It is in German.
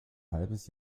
halbes